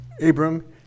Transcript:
Abram